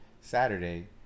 Saturday